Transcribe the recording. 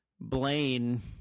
blaine